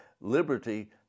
liberty